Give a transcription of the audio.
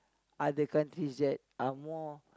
other countries that are more